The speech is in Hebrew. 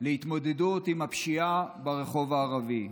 בהתמודדות עם הפשיעה ברחוב הערבי.